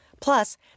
Plus